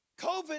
COVID